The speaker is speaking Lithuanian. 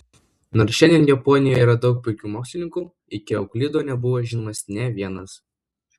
nors šiandien japonijoje yra daug puikių mokslininkų iki euklido nebuvo žinomas nė vienas